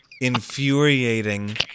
infuriating